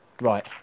Right